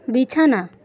ᱵᱤᱪᱷᱟᱱᱟ